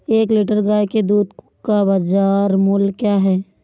एक लीटर गाय के दूध का बाज़ार मूल्य क्या है?